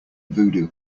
voodoo